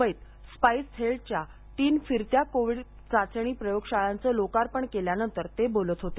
मुंबईत स्पाईस हेल्थच्या तीन फिरत्या कोविड चाचणी प्रयोगशाळाचं लोकार्पण केल्यानंतर ते बोलत होते